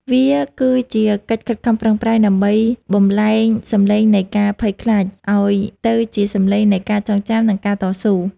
វាគឺជាកិច្ចខិតខំប្រឹងប្រែងដើម្បីបំប្លែងសម្លេងនៃការភ័យខ្លាច ឱ្យទៅជាសម្លេងនៃការចងចាំ និងការតស៊ូ